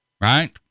right